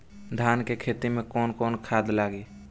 धान के खेती में कवन कवन खाद लागी?